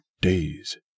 days